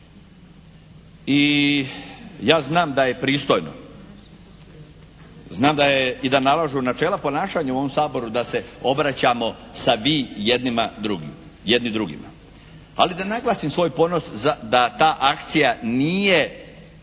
I ja znam da je pristojno, da ja i da nalažu načela ponašanja u ovom Saboru da se obraćamo sa Vi jednima drugima, jedni drugima. Ali da naglasim svoj ponos da ta akcija nije uhvatila